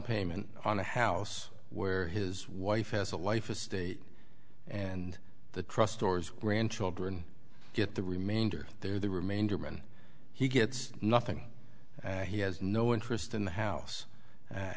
payment on a house where his wife has a life estate and the trust tours grandchildren get the remainder there the remainder when he gets nothing and he has no interest in the house a